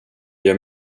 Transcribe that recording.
gör